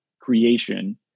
creation